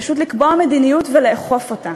פשוט לקבוע מדיניות ולאכוף אותה,